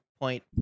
point